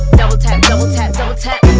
double tap. double tap. double tap